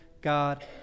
God